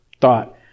thought